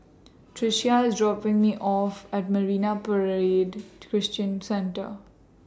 Tricia IS dropping Me off At Marine Parade Christian Centre